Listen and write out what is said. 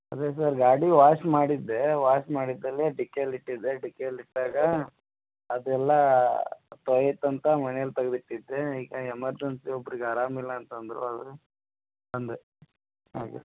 ಅದೇ ಸರ್ ಗಾಡಿ ವಾಷ್ ಮಾಡಿದ್ದೆ ವಾಷ್ ಮಾಡಿದ್ದಲ್ಲಿ ಡಿಕ್ಕಿಯಲ್ಲಿ ಇಟ್ಟಿದ್ದೆ ಡಿಕ್ಕಿಯಲ್ಲಿ ಇಟ್ಟಾಗ ಅದೆಲ್ಲ ತೋಳಿತು ಅಂತ ಮನೆಲಿ ತಗ್ದು ಇಟ್ಟಿದ್ದೆ ಈಗ ಎಮರ್ಜನ್ಸಿ ಒಬ್ರ್ಗೆ ಅರಾಮ ಇಲ್ಲ ಅಂತದರು ಅದೇ ಬಂದೆ ಹಾಗೆ